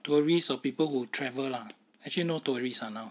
tourists or people who travel lah actually no tourists ah now